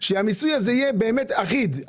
שהמיסוי הזה יהיה באמת אחיד.